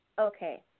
Okay